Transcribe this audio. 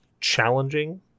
challenging